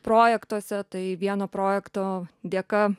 projektuose tai vieno projekto dėka